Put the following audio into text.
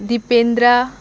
Dipendra